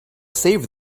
save